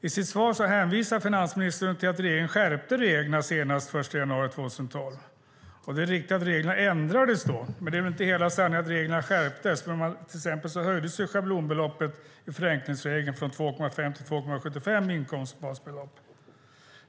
I sitt svar hänvisar finansministern till att regeringen skärpte reglerna senast den 1 januari 2012. Det är riktigt att reglerna ändrades då, men det är inte hela sanningen att reglerna skärptes, för till exempel höjdes schablonbeloppet i förenklingsregeln från 2,5 till 2,75 inkomstbasbelopp.